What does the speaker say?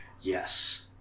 Yes